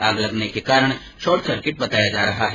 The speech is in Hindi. आग लगने के कारण शॉट सर्किट बताया जा रहा है